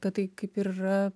kad tai kaip ir yra